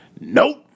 nope